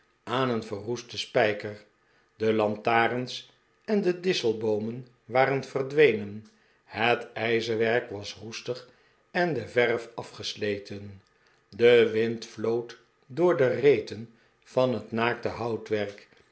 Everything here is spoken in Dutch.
aan een verroesten spijker de lantarens en de disselboomen waren verdwenen het ijzerwerk was roestig en de verf afgesleten de wind floot door de reten van het naakte houtwerk